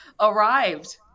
arrived